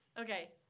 Okay